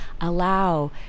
allow